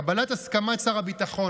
קבלת הסכמת שר הביטחון,